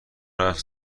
رفت